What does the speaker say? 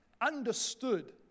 understood